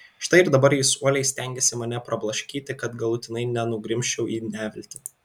štai ir dabar jis uoliai stengiasi mane prablaškyti kad galutinai nenugrimzčiau į neviltį